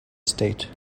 state